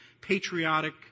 patriotic